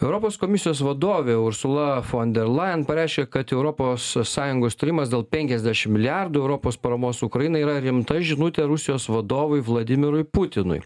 europos komisijos vadovė ursula fonderlain pareiškė kad europos sąjungos stojimas dėl penkiasdešim milijardų europos paramos ukrainai yra rimta žinutė rusijos vadovui vladimirui putinui